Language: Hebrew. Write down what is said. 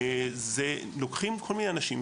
זה שלוקחים כל מיני אנשים,